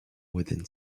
within